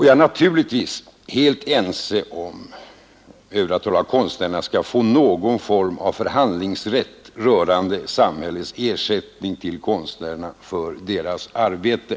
Jag är naturligtvis också ense med motionärerna om att konstnärerna skall få någon form av förhandlingsrätt när det gäller samhällets ersättning till konstnärerna för deras arbete.